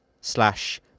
slash